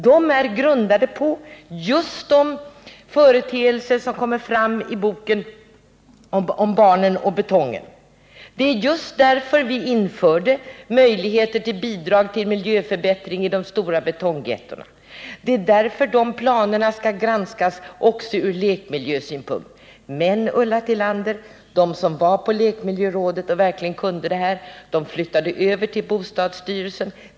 De grundas på just vad som kommer fram i boken om barnen och betongen. Det är just därför vi införde möjligheter till bidrag till miljöförbättring i de stora betonggettona, och det är därför dessa planer skall granskas också från lekmiljösynpunkt. Men, Ulla Tillander, de som var i lekmiljörådet och verkligen kunde det här de flyttade över till bostadsstyrelsen.